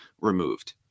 removed